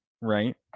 right